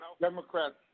Democrats